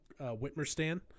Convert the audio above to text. Whitmerstan